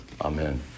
Amen